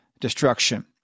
destruction